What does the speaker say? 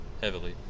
heavily